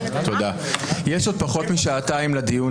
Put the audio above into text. תודה, יש עוד פחות משעתיים לדיון